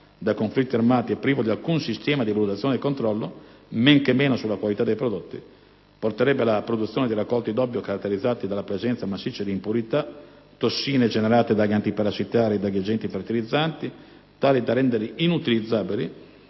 dai conflitti armati e privo di alcun sistema di valutazione e controllo, men che meno sulla qualità dei prodotti, porterebbero alla produzione di raccolti d'oppio caratterizzati dalla presenza massiccia di impurità, tossine generate dagli antiparassitari o dagli agenti fertilizzanti, tali da renderli inutilizzabili